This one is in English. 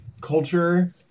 culture